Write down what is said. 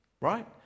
Right